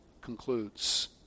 concludes